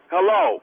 Hello